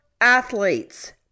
athletes